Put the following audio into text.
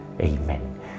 Amen